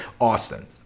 Austin